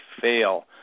fail